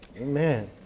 Amen